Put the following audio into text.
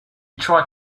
tried